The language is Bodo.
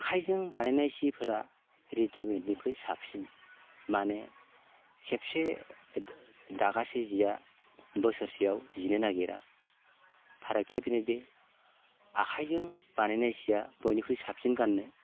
आखाइजों बानायनाय सिफोरा रेदिमेडनिख्रुइ साबसिन माने खेबसे दागासे सिया बोसोरसेयाव जिनो नागिरा फारागथिया बेनोदि आखाइजों बानायनाय सिया बयनिख्रुइ साबसिन गान्नो